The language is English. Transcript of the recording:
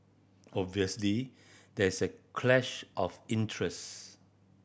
obviously there is a clash of interest